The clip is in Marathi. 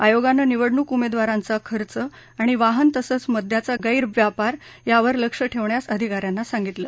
आयोगानं निवडणुक उमेदवारांचा खर्च आणि वाहनं मद्याचा गैरव्यापार यावर लक्ष ठेवण्यास अधिका यांना सांगितलं